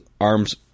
arms